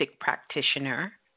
practitioner